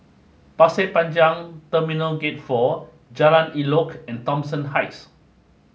Pasir Panjang Terminal Gate four Jalan Elok and Thomson Heights